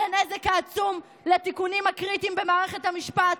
על הנזק העצום לתיקונים הקריטיים במערכת המשפט,